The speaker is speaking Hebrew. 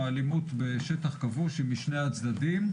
האלימות בשטח כבוש היא משני הצדדים.